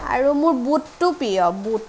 আৰু মোৰ বুটতো প্ৰিয় বুট